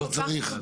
לא צריך.